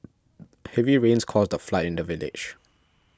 heavy rains caused a flood in the village